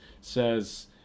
says